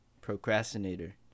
procrastinator